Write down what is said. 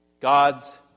God's